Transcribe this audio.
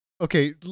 Okay